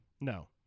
No